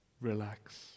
Relax